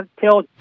tell